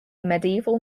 medieval